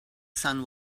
sun